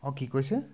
অঁ কি কৈছে